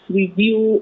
review